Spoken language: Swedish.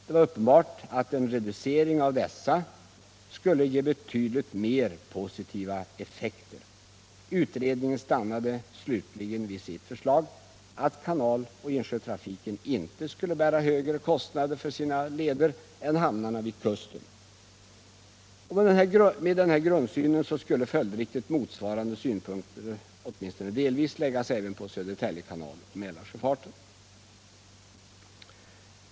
Det var uppenbart att en reducering av dessa skulle ge betydligt mer positiva 193 effekter. Utredningen stannade slutligen vid sitt förslag att kanaloch insjötrafiken inte skulle bära högre kostnader för sina leder än hamnarna vid kusten. Med denna grundsyn skulle följdriktigt motsvarande synpunkter åtminstone delvis läggas även på Södertälje kanal och Mälarsjöfarten.